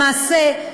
למעשה,